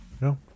no